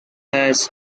has